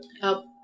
help